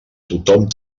tothom